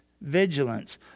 Vigilance